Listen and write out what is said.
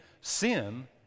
Sin